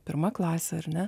pirma klasė ar ne